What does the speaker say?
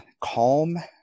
calm